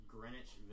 Greenwich